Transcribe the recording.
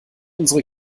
unsere